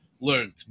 learned